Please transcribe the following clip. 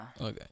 Okay